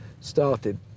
started